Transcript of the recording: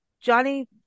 Johnny